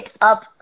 up